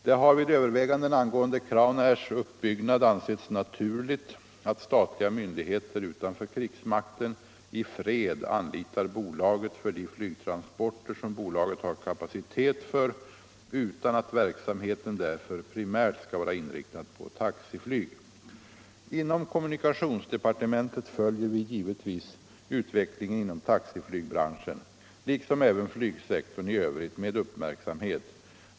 Det har vid överväganden angående Crownairs uppbyggnad ansetts naturligt att statliga myndigheter utanför krigsmakten i fred anlitar bolaget för de flygtransporter som bolaget har kapacitet för utan att verksamheten därför primärt skall vara inriktad på taxiflyg. Inom kommunikationsdepartementet följer vi givetvis utvecklingen inom taxiflygbranschen liksom även flygsektorn i övrigt med uppmärksamhet.